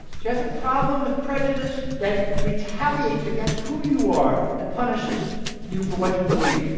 she has a problem with prejudice that retaliates against who you are and punishes you for what you believe.